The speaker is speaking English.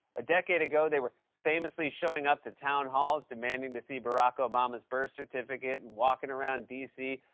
a decade ago, they were famously showing up to town halls demanding to see barack obama's birth certificate and walking around d c.